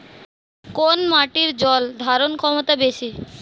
কোন মাটির জল ধারণ ক্ষমতা বেশি?